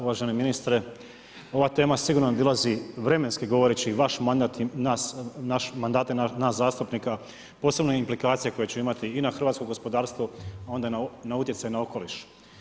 Uvaženi ministre, ova tema sigurno nadilazi, vremenski goreći i vaš mandat i nas, mandate nas zastupnika, posebno implikacije, koje će imati i na hrvatsko gospodarstvo onda na utjecaj na okoliš.